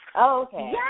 Okay